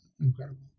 incredible